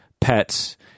pets